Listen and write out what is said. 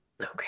Okay